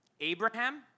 Abraham